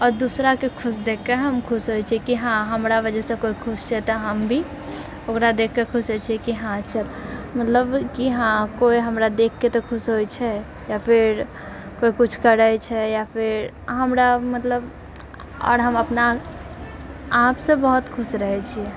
आओर दूसराके खुश देखिके हम खुश होइ छियै कि हाँ हमरा वजहसँ कोइ खुश छै तऽ हम भी ओकरा देखिके खुश होइ छियै कि हाँ चल मतलब कि हाँ कोइ हमरा देखिके तऽ खुश होइ छै या फेर कोइ कुछ करै छै या फेर अहाँ हमरा मतलब आओर अपना आपसँ बहुत खुश रहै छियै